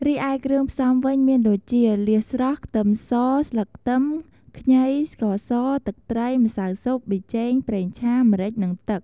រីឯគ្រឿងផ្សំវិញ មានដូចជា លៀសស្រស់ ខ្ទឹមស ស្លឹកខ្ទឹម ខ្ងី ស្ករស ទឹកត្រី ម្សៅស៊ុប ប៊ីចេង ប្រេងឆា ម្រេច និងទឹក។